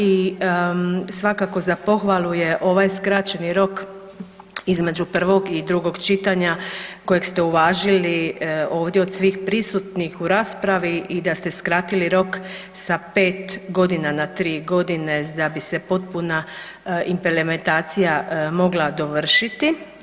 I svakako za pohvalu je ovaj skraćeni rok između prvog i drugog čitanja kojeg ste uvažili ovdje od svih prisutnih u raspravi i da ste skratili rok sa pet godina na tri godine da bi se potpuna implementacija mogla dovršiti.